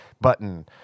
button